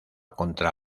contra